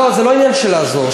זה לא עניין של לעזור.